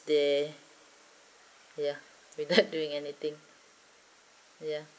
there ya without doing anything ya